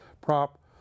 Prop